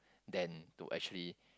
then to actually